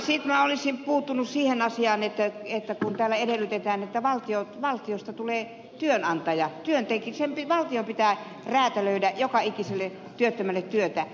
sitten minä olisin puuttunut siihen asiaan kun täällä edellytetään että valtiosta tulee työnantaja valtion pitää räätälöidä joka ikiselle työttömälle työtä